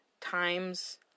times